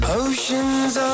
oceans